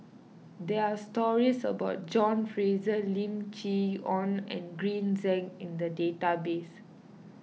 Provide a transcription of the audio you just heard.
there are stories about John Fraser Lim Chee Onn and Green Zeng in the database